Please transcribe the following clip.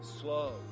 slow